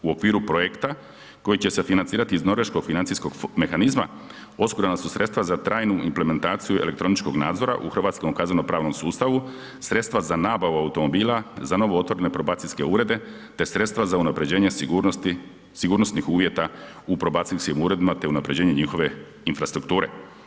U okviru projekta koji će se financirati iz Norveškog financijskog mehanizma osigurana su sredstava za trajnu implementaciju elektroničkog nadzora u hrvatskom kazneno-pravnom sustavu, sredstava za nabavu automobila, za novootvorene probacijske urede, te sredstava za unapređenje sigurnosti, sigurnosnih uvjeta u probacijskim uredima te unapređenje njihove infrastrukture.